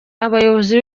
abategetsi